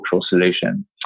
solution